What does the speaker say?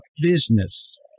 business